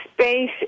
space